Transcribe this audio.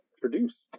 produce